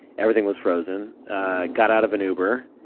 everything was frozen. i got out of an uber.